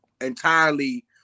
entirely